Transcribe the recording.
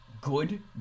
Good